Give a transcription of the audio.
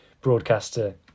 broadcaster